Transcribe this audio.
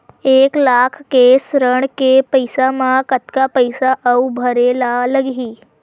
एक लाख के ऋण के पईसा म कतका पईसा आऊ भरे ला लगही?